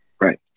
Right